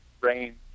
rain